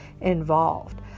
involved